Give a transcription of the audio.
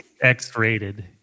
X-rated